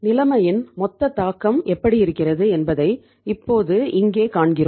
நிலைமையின் மொத்த தாக்கம் எப்படி இருக்கிறது என்பதை இப்போது இங்கே காண்கிறோம்